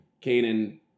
Canaan